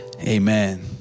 amen